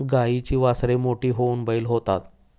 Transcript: गाईची वासरे मोठी होऊन बैल होतात